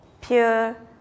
pure